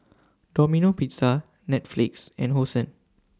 Domino Pizza Netflix and Hosen